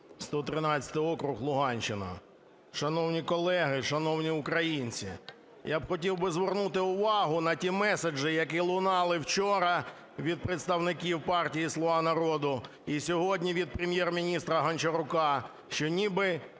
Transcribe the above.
113-й округ, Луганщина. Шановні колеги, шановні українці, я б хотів би звернути увагу на ті меседжі, які лунали вчора від представників партії "Слуга народу" і сьогодні від Прем'єр-міністра Гончарука, що ніби